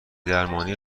درمانی